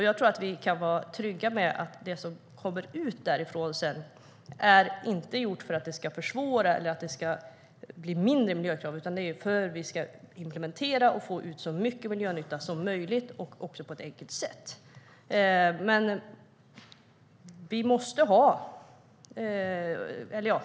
Jag tror att vi kan vara trygga med att det som sedan kommer ut därifrån inte är gjort för att det ska försvåra det hela eller för att miljökraven ska bli lägre. Det handlar om att vi ska implementera och få ut så mycket miljönytta som möjligt och detta på ett enkelt sätt.